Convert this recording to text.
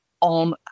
on